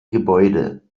gebäude